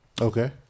okay